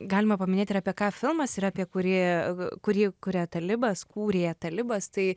galima paminėti ir apie ką filmas yra apie kurį kurį kuria talibas kūrė talibas tai